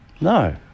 No